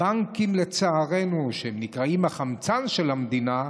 הבנקים, לצערנו, שהם נקראים החמצן של המדינה,